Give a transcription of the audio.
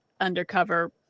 undercover